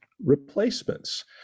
replacements